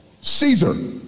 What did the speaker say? Caesar